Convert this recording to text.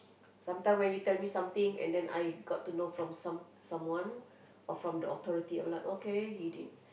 some time when you tell me something and then I got to know from some someone or from the authority I'm like okay he didn't